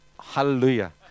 hallelujah